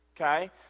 okay